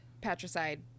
patricide